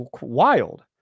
wild